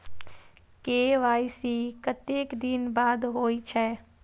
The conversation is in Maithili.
के.वाई.सी कतेक दिन बाद होई छै?